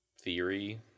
theory